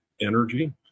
energy